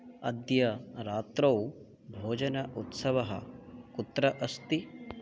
अद्य राात्रौ भोजन उत्सवः कुत्र अस्ति